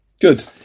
Good